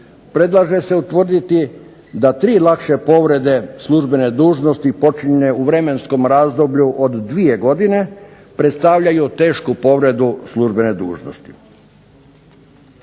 predlaže se utvrditi da tri lakše provede službene dužnosti počinjenje u vremenskom razdoblju od dvije godine predstavljaju tešku povredu službene dužnosti.